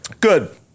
Good